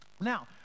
Now